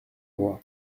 roi